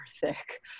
thick